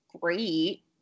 great